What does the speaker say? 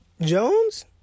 Jones